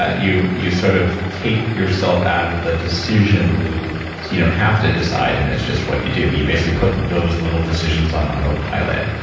ah you you sort of take yourself out of the decision loop so you don't have to decide and it's just what you do. you basically put those little decisions on autopilot.